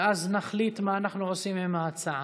ואז נחליט מה אנחנו עושים עם ההצעה.